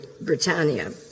Britannia